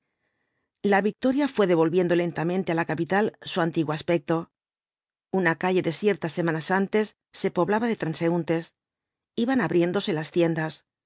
la victoria fué devolviendo lentamente á la capital su antiguo aspecto una calle desierta semanas antes se poblaba de transeúntes iban abriéndose las tiendas los